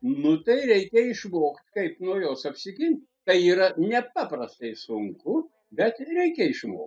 nu tai reikia išmokt kaip nuo jos apsigint tai yra nepaprastai sunku bet reikia išmokti